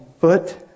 foot